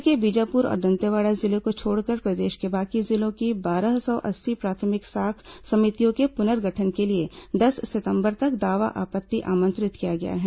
राज्य के बीजापुर और दंतेवाड़ा जिले को छोड़कर प्रदेश के बाकी जिलों की बारह सौ अस्सी प्राथमिक साख समितियों के पुनर्गठन के लिए दस सितंबर तक दावा आपत्ति आमंत्रित किया गया है